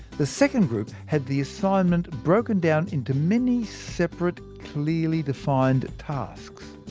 the second group had the assignment broken down into many separate, clearly defined tasks.